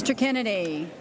mr kennedy